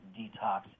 detox